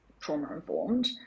trauma-informed